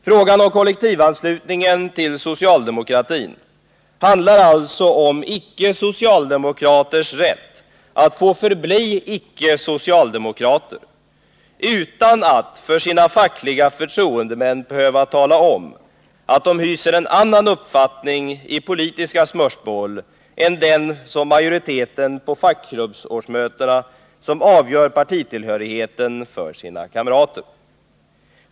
Frågan om kollektivanslutningen till socialdemokratin handlar alltså om icke-socialdemokraters rätt att få förbli icke-socialdemokrater utan att för sina fackliga förtroendemän behöva tala om att de hyser en annan uppfattning i politiska spörsmål än majoriteten på fackklubbsårsmötena som avgör partitillhörigheten för sina kamrater.